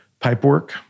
pipework